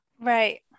Right